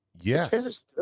Yes